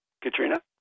Katrina